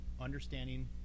understanding